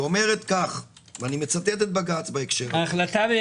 שאומרת אני מצטט את בג"ץ- - ההחלטה של